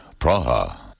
Praha